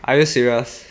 are you serious